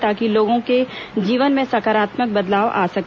ताकि लोगों के जीवन में सकारात्मक बदलाव आ सके